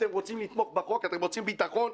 אתם רוצים לתמוך בחוק, אתם רוצים ביטחון?